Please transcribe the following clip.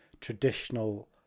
traditional